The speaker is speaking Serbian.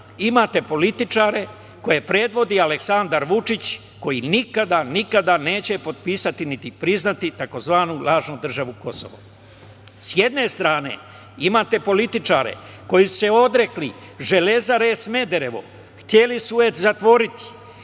imate političare koje predvodi Aleksandar Vučić koji nikada neće potpisati, niti priznati tzv. lažnu državu Kosovo. Sa jedne strane imate političare koji su se odrekli Železare Smederevo, hteli su je zatvoriti.